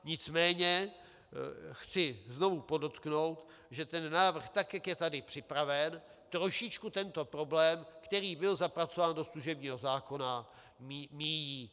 Nicméně chci znovu podotknout, že ten návrh, tak jak je tady připraven, trošičku tento problém, který byl zapracován do služebního zákona, míjí.